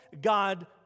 God